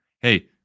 Hey